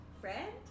friend